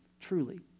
truly